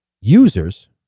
users